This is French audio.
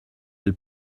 elle